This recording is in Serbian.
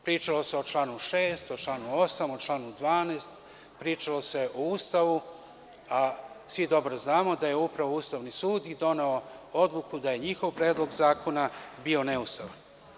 Pričalo se o članu 6, o članu 8, o članu 12, pričalo se o Ustavu, a svi dobro znamo da je upravo Ustavni sud i doneo odluku da je njihov predlog zakona bio neustavan.